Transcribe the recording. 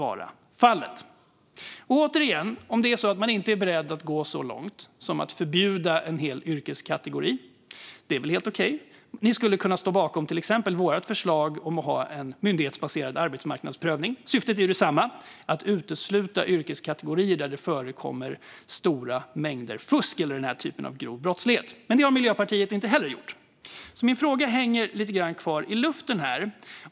Återigen: Det är väl helt okej om det är så att man inte är beredd att gå så långt som att förbjuda en hel yrkeskategori. Men ni skulle kunna stå bakom till exempel vårt förslag om att ha en myndighetsbaserad arbetsmarknadsprövning. Syftet är detsamma: att utesluta yrkeskategorier där det förekommer stora mängder fusk eller denna typ av grov brottslighet. Men detta gör inte Miljöpartiet heller. Min fråga hänger alltså kvar lite grann i luften.